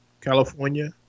California